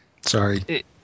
Sorry